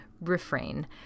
refrain